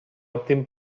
optin